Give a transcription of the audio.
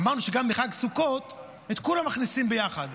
אמרנו שגם בחג הסוכות את כולם מכניסים ביחד,